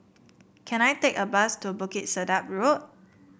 can I take a bus to Bukit Sedap Road